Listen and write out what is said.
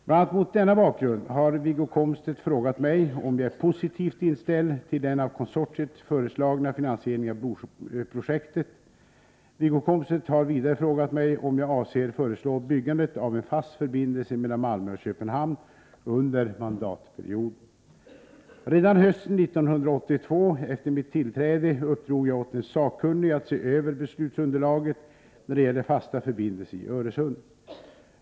Bl.a. mot denna bakgrund har Wiggo Komstedt frågat mig om jag är positivt inställd till den av konsortiet föreslagna finansieringen av projektet. Wiggo Komstedt har vidare frågat mig om jag avser föreslå byggandet av en fast förbindelse mellan Malmö och Köpenhamn under mandatperioden. Redan hösten 1982 efter mitt tillträde uppdrog jag åt en sakkunnig att se över beslutsunderlaget när det gäller fasta förbindelser i Öresund.